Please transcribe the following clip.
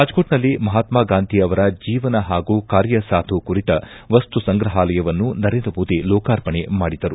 ರಾಜಕೋಟ್ನಲ್ಲಿ ಮಹಾತ್ಮಗಾಂಧಿ ಅವರ ಜೀವನ ಹಾಗೂ ಕಾರ್ಯಸಾಧು ಕುರಿತ ವಸ್ತು ಸಂಗ್ರಹಾಲಯವನ್ನು ನರೇಂದ್ರ ಮೋದಿ ಲೋಕಾರ್ಪಣೆ ಮಾಡಿದರು